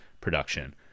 production